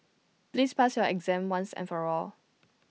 please pass your exam once and for all